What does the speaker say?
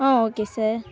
ah okay sir